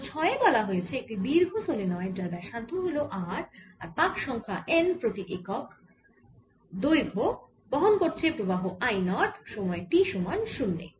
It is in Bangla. প্রশ্ন 6 এ বলা আছে একটি দীর্ঘ সলেনয়েড যার ব্যাসার্ধ হল r ও যার পাক সংখ্যা n প্রতি একক দৈর্ঘ বহন করছে প্রবাহ I নট সময় t সমান 0 তে